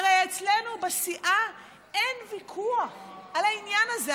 הרי אצלנו בסיעה אין ויכוח על העניין הזה,